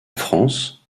france